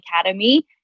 Academy